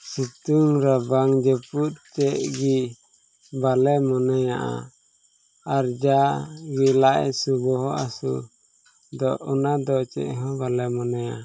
ᱥᱤᱛᱩᱝ ᱨᱟᱵᱟᱝ ᱡᱟᱹᱯᱩᱫ ᱛᱮᱫ ᱜᱮ ᱵᱟᱞᱮ ᱢᱚᱱᱮᱭᱟ ᱟᱨ ᱡᱟ ᱞᱟᱡ ᱦᱟᱹᱥᱩ ᱵᱚᱦᱚᱜ ᱦᱟᱹᱥᱩ ᱫᱚ ᱚᱱᱟᱫᱚ ᱪᱮᱫ ᱦᱚᱸ ᱵᱟᱞᱮ ᱢᱚᱱᱮᱭᱟ